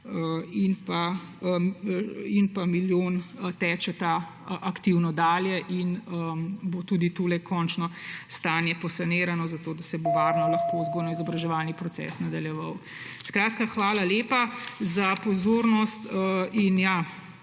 in milijon tečeta aktivno dalje in bo končno stanje sanirano, zato da se bo varno lahko vzgojno-izobraževalni proces nadaljeval. Hvala lepa za pozornost. Ja,